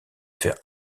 faire